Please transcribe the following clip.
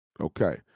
Okay